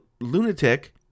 lunatic